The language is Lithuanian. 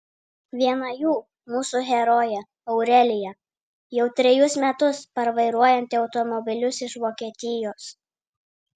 viena jų mūsų herojė aurelija jau trejus metus parvairuojanti automobilius iš vokietijos